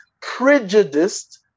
prejudiced